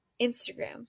Instagram